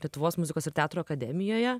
lietuvos muzikos ir teatro akademijoje